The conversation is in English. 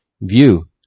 view